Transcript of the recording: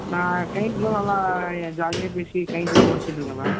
நா கிளைண்ட் கிட்டே நல்லா ஜாலியாக பேசி கிளைண்ட்டெலாம் முடிச்சிட்டிருக்கேன் மேம்